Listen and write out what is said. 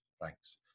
Thanks